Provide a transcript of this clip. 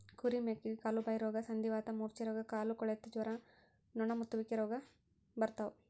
ಕುರಿ ಮೇಕೆಗೆ ಕಾಲುಬಾಯಿರೋಗ ಸಂಧಿವಾತ ಮೂರ್ಛೆರೋಗ ಕಾಲುಕೊಳೆತ ಜ್ವರ ನೊಣಮುತ್ತುವಿಕೆ ರೋಗ ಬರ್ತಾವ